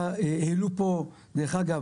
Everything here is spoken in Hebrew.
העלו פה, דרך אגב,